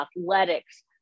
athletics